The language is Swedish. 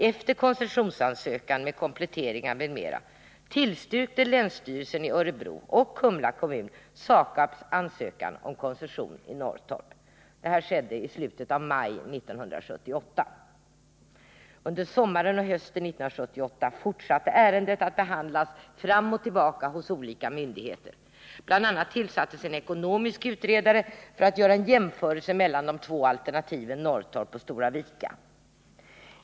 Efter koncessionsansökan med kompletteringar m.m. tillstyrkte länsstyrelsen i Örebro län och Kumla kommun SAKAB:s ansökan om koncession i Norrtorp. Detta skedde i slutet av maj 1978. Under sommaren och hösten 1978 fortsatte ärendet att behandlas fram och tillbaka hos olika myndigheter. Bl. a. tillsattes en utredare, som skulle göra en ekonomisk jämförelse mellan de två alternativen, Norrtorp resp. Stora Vika.